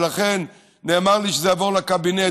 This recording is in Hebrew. ולכן נאמר לי שזה יעבור לקבינט.